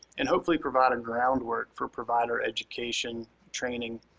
and hopefully provide a groundwork for provider education training,